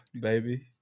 baby